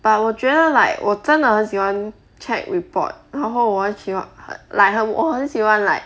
but 我觉得 like 我真的很喜欢 check report 然后我很喜欢 like 我很喜欢 like